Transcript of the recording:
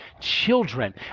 children